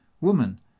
Woman